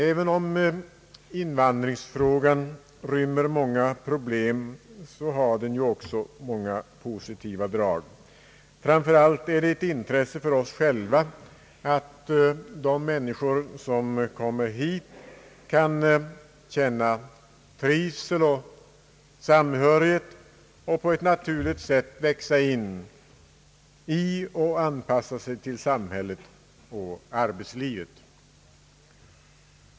Även om invandringsfrågan rymmer många problem, har den också många positiva drag. Framför allt är det ett intresse för oss själva att de människor som kommer hit kan känna trivsel och samhörighet och på ett naturligt sätt växa in i och anpassa sig till samhället och arbetslivet.